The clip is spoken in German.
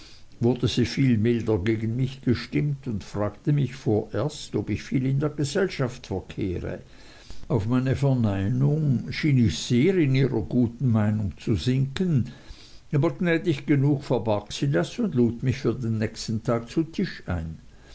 wurde sie viel milder gegen mich gestimmt und fragte mich vorerst ob ich viel in der gesellschaft verkehre auf meine verneinung schien ich sehr in ihrer guten meinung zu sinken aber gnädig genug verbarg sie das und lud mich für den nächsten tag zu tisch ein